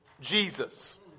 Jesus